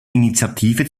initiative